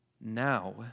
now